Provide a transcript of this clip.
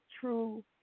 true